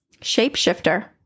Shapeshifter